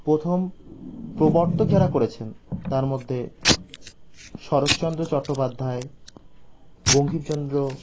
প্রথম প্রবর্তক যাঁরা করেছেন তার মধ্যে শরৎচন্দ্র চট্টোপাধ্যায় বঙ্কিমচন্দ্র